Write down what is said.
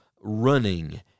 running